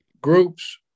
groups